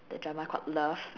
the drama called love